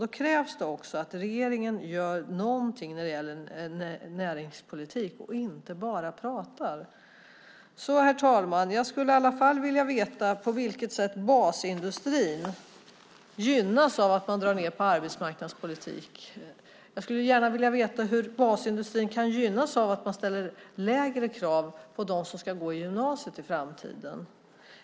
Då krävs det också att regeringen gör någonting när det gäller näringspolitiken och inte bara pratar. Herr talman! Jag skulle i alla fall vilja veta på vilket sätt basindustrin gynnas av att man drar ned på arbetsmarknadspolitiken. Jag skulle gärna vilja veta hur basindustrin kan gynnas av att man ställer lägre krav på dem som ska gå i gymnasiet i framtiden.